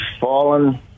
fallen